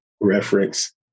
reference